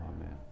Amen